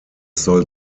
soll